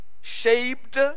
shaped